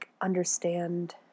understand